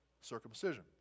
circumcision